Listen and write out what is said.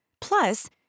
Plus